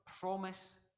promise